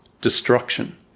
destruction